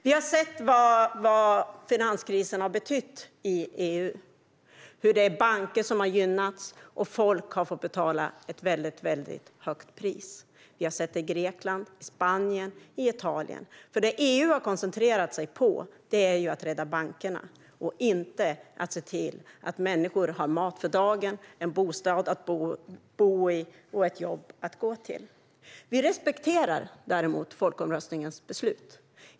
Vi har sett vad finanskrisen har betytt i EU. Vi har sett hur banker har gynnats och hur folk har fått betala ett väldigt högt pris. Vi har sett det i Grekland, Spanien och Italien. Det EU har koncentrerat sig på är att rädda bankerna och inte att se till att människor har mat för dagen, en bostad att bo i och ett jobb att gå till. Vi respekterar däremot folkomröstningens resultat.